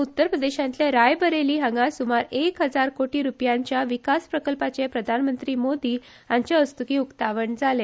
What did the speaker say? उत्तरप्रदेशातल्या रायबरेली हांगा सुमार एक हजार कोटी रुपयांच्या विकास प्रकल्पांचे प्रधानमंत्री मोदी हांच्या हस्तुकी उक्तावण जाले